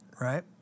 right